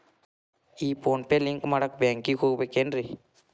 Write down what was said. ಈ PhonePe link ಮಾಡಾಕ ಬ್ಯಾಂಕಿಗೆ ಹೋಗ್ಬೇಕೇನ್ರಿ?